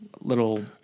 little